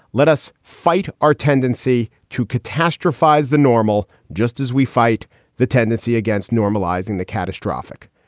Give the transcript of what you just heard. let us fight our tendency to catastrophize the normal just as we fight the tendency against normalising the catastrophic.